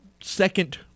second